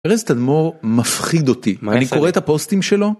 ארז תמור מפחיד אותי, אני קורא את הפוסטים שלו.